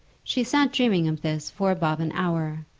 she sat dreaming of this for above an hour,